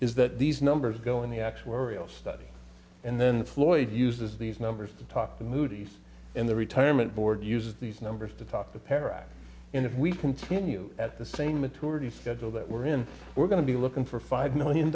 is that these numbers go in the actuarial study and then floyd uses these numbers to talk to moody's and the retirement board uses these numbers to talk to parity and if we continue at the same maturity schedule that we're in we're going to be looking for five million